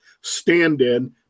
stand-in